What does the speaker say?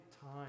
time